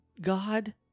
god